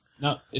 no